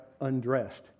undressed